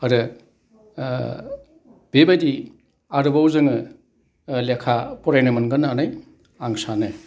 आरो बेबायदि आरोबाव जोङो लेखा फरायनो मोनगोन होननानै आं सानो